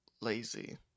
lazy